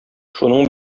шуның